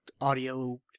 audio